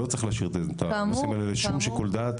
לא צריך להשאיר את הנושאים האלה לשום שיקול דעת,